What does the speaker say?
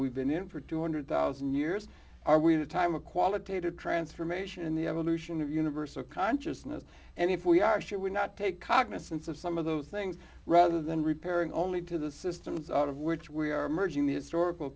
we've been in for two hundred thousand years are we at a time a qualitative transformation in the evolution of universal consciousness and if we are should we not take cognizance of some of those things rather than repairing only to the systems of which we are merging the historical